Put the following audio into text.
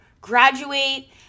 graduate